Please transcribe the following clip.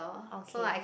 okay